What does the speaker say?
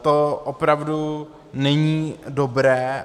To opravdu není dobré.